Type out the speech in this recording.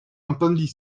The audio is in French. entendit